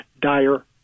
dire